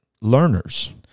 learners